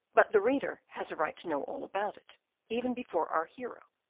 but the reader has a right to know all about it even before our hero,